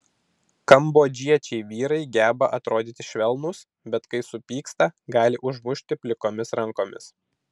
kambodžiečiai vyrai geba atrodyti švelnūs bet kai supyksta gali užmušti plikomis rankomis